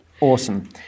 Awesome